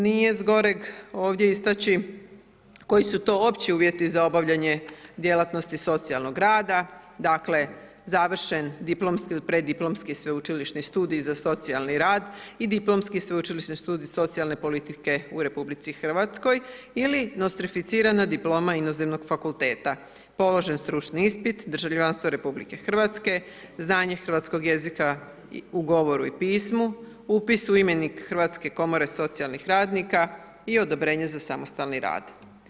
Nije iz goreg ovdje istači, koji su to opći uvjeti za obavljanje djelatnosti socijalnog rada, dakle, završen diplomski ili preddiplomski sveučilišni studij za socijalni rad i diplomski sveučilišni studij socijalne politike u RH ili nostrificirana diploma inozemnog fakulteta, položen stručni ispit, državljanstvo RH, znanje hrvatskog jezika u govoru i pismu, upis u imenik hrvatske komore socijalnih radnika i odobrenje za samostalni rad.